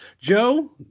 Joe